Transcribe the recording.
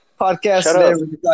Podcast